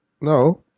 No